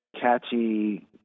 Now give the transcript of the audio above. catchy